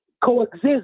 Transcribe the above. coexist